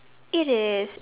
it is